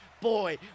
boy